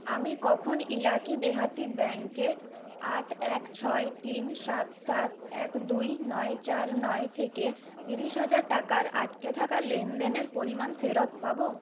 আমি কখন ইলাকি দেহাতি ব্যাঙ্কে আট এক ছয় তিন সাত সাত এক দুই নয় চার নয় থেকে ত্রিশ হাজার টাকার আটকে থাকা লেনদেনের পরিমাণ ফেরত পাব